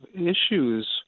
issues